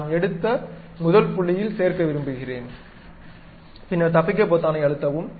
நான் எடுத்த முதல் புள்ளியில் சேர்க்க விரும்புகிறேன் பின்னர் தப்பிக்க பொத்தானை அழுத்தவும்